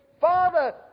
Father